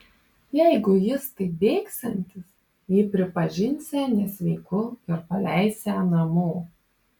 jeigu jis taip bėgsiantis jį pripažinsią nesveiku ir paleisią namo